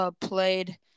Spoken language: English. played